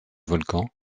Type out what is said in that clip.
volcan